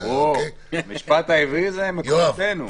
ברור, המשפט העברי הוא מכוחותינו.